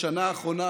השנה האחרונה,